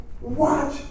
watch